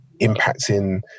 impacting